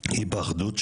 היא באחדות שלנו,